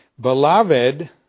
beloved